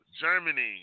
Germany